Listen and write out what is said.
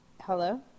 Hello